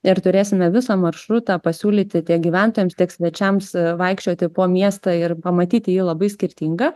ir turėsime visą maršrutą pasiūlyti tiek gyventojams tiek svečiams vaikščioti po miestą ir pamatyti jį labai skirtingą